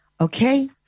Okay